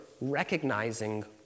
recognizing